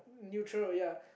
neutral ya